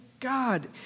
God